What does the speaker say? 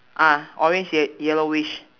ah orange ye~ yellowish